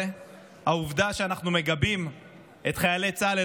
העובדה שאנחנו מגבים את חיילי צה"ל,